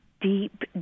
deep